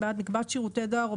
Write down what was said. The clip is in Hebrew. בעד מקבץ שירותי דואר,